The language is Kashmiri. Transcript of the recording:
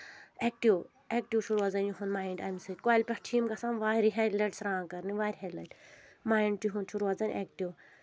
ایکٹِو ایٚکٹِو چھُ روزان یِہُنٛد مایِنٛڈ امہِ سۭتۍ کۄلہِ پؠٹھ چھِ یِم گژھان واریاہہِ لَٹہِ سرٛان کَرنہِ واریاہ لَٹہِ مایِنٛڈ تُہُنٛد چھُ روزان ایٚکٹِو